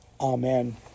Amen